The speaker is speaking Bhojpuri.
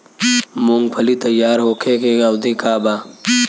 मूँगफली तैयार होखे के अवधि का वा?